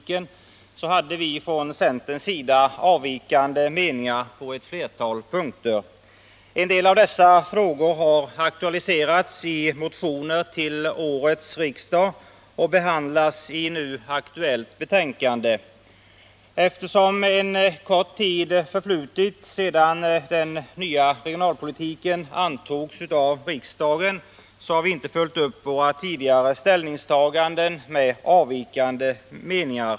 ken, hade vi från centerns sida avvikande meningar på ett flertal punkter. En del av dessa frågor har aktualiserats i motioner till årets riksdag och behandlas i nu föreliggande betänkande. Eftersom en kort tid förflutit sedan den nya regionalpolitiken antogs av riksdagen, har vi inte följt upp våra tidigare ställningstaganden med avvikande meningar.